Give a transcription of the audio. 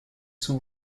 sont